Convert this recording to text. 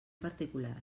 particular